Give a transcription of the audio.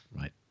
right